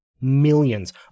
Millions